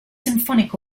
symphonic